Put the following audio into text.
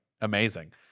amazing